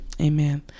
Amen